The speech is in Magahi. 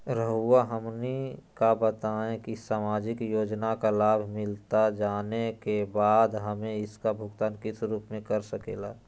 रहुआ हमने का बताएं की समाजिक योजना का लाभ मिलता जाने के बाद हमें इसका भुगतान किस रूप में कर सके ला?